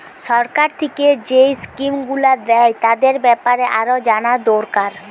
সরকার থিকে যেই স্কিম গুলো দ্যায় তাদের বেপারে আরো জানা দোরকার